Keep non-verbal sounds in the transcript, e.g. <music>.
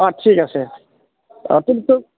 অঁ ঠিক আছে <unintelligible>